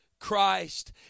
Christ